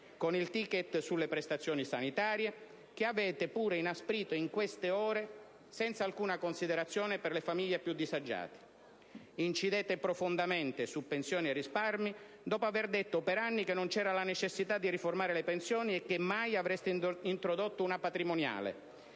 con il *ticket* sulle prestazioni sanitarie, che avete pure inasprito in queste ore, senza alcuna considerazione per le famiglie più disagiate. Incidete profondamente su pensioni e risparmi, dopo aver detto per anni che non c'era la necessità di riformare le pensioni e che mai avreste introdotto una patrimoniale.